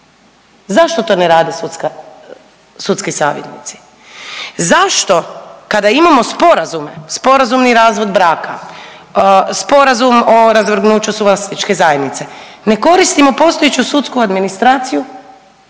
Zašto to ne rade sudski savjetnici? Zašto kada imamo sporazume sporazumni razvod braka, sporazum o razvrgnuću suvlasničke zajednice ne koristimo postojeću sudsku administraciju